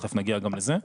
תיכף נגיע גם לזה.